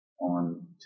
on